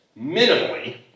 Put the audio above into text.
minimally